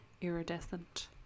Iridescent